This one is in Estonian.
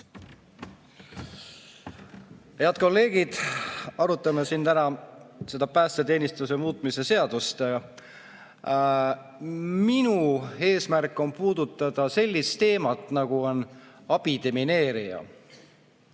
Head kolleegid! Arutame siin täna päästeteenistuse muutmise seadust. Minu eesmärk on puudutada sellist teemat, nagu on abidemineerija.